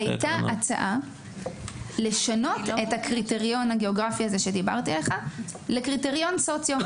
הייתה הצעה לשנות את הקריטריון הגיאוגרפי שדיברתי עליו לקריטריון סוציו,